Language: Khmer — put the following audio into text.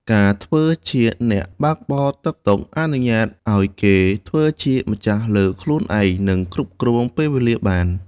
ការធ្វើជាអ្នកបើកបរតុកតុក អនុញ្ញាតឱ្យគេធ្វើជាម្ចាស់លើខ្លួនឯង និងគ្រប់គ្រងពេលវេលាបាន។